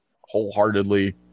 wholeheartedly